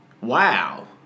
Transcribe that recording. Wow